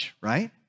right